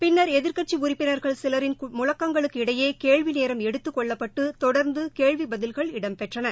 பின்னர் எதிர்கட்சி உறுப்பினர்கள் சிவரின் முழக்கங்களுக்கிடையே கேள்வி நேரம் எடுத்துக் கொள்ளப்பட்டு தொடர்ந்து கேள்வி பதில்கள் இடம்பெற்றன